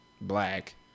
black